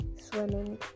swimming